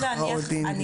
הכרעות דין,